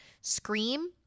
scream